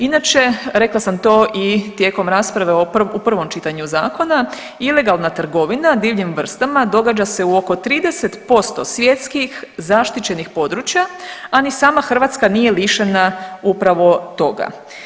Inače, rekla sam to i tijekom rasprave u prvom čitanju zakona ilegalna trgovina divljim vrstama događa se u oko 30% svjetskih zaštićenih područja, a ni sama Hrvatska nije lišena upravo toga.